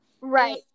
Right